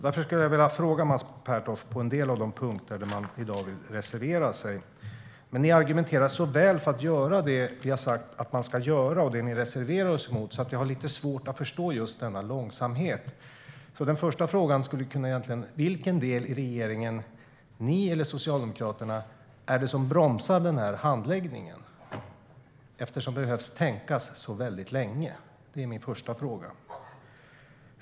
Därför skulle jag vilja fråga Mats Pertoft när det gäller en del av de punkter där man i dag vill reservera sig. Ni argumenterar så väl för att göra det som vi har sagt att man ska göra och det som ni reserverar er emot. Därför har jag lite svårt att förstå just denna långsamhet. Den första frågan är: Vilken del i regeringen, ni eller Socialdemokraterna, är det som bromsar den här handläggningen? Det undrar jag eftersom det behöver tänkas väldigt länge. Det är min första fråga.